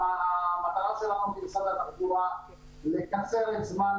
המטרה של משרד התחבורה היא לקצר את זמן